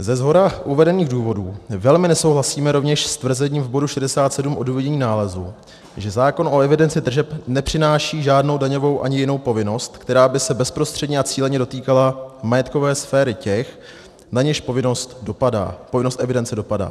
Ze shora uvedených důvodů velmi nesouhlasíme rovněž s tvrzením v bodu 67, odůvodnění nálezu, že zákon o evidenci tržeb nepřináší žádnou daňovou ani jinou povinnost, která by se bezprostředně a cíleně dotýkala majetkové sféry těch, na něž povinnost evidence dopadá.